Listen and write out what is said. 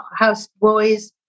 houseboys